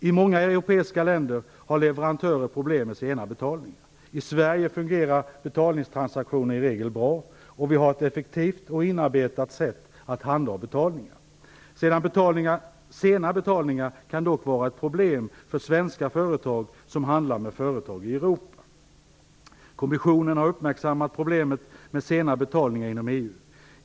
I många europeiska länder har leverantörer problem med sena betalningar. I Sverige fungerar betalningstransaktionerna i regel bra, och vi har ett effektivt och inarbetat sätt att handha betalningar. Sena betalningar kan dock vara ett problem för svenska företag som handlar med företag i Europa. Kommissionen har uppmärksammat problemet med sena betalningar inom EU.